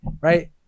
right